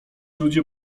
ludzie